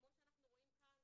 (הצגת שקופיות) כמו שאנחנו רואים כאן,